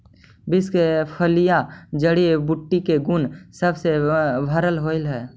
beans के फलियां जड़ी बूटी के गुण सब से भरल होब हई